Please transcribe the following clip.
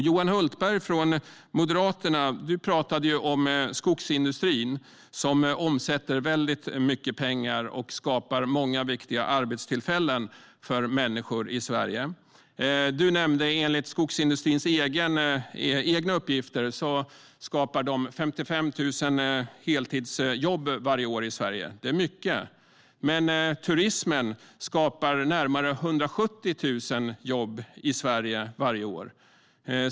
Johan Hultberg från Moderaterna talade om skogsindustrin, som omsätter väldigt mycket pengar och skapar många viktiga arbetstillfällen för människor i Sverige. Johan Hultberg nämnde att skogsindustrin enligt sina egna uppgifter skapar 55 000 heltidsjobb varje år i Sverige. Det är mycket. Men turismen skapar närmare 170 000 jobb i Sverige varje år.